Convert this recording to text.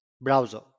browser